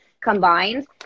combined